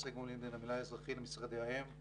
ביחסי גומלין בין המינהל האזרחי למשרדי האם,